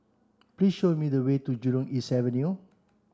please show me the way to Jurong East Avenue